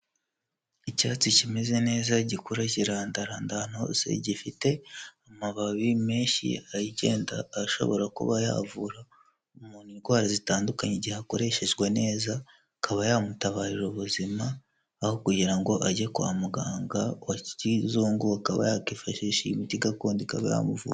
Icyatsi kimeze neza gikura kirandaranda ahantu hose, gifite amababi menshi agenda ashobora kuba yavura umuntu indwara zitandukanye igihe akoreshejwe neza, akaba yamutabarira ubuzima aho kugira ngo ajye kwa muganga wa kizungu, akaba yakifashisha iyi miti gakondo ikaba yamuvura.